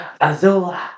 Azula